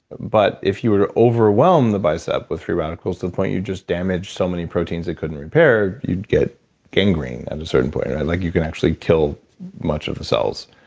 but, if you were to overwhelm the bicep with free radicals to the point you just damaged so many proteins it couldn't repair, you'd get gangrene at a certain point. and like you could actually kill much of the cells,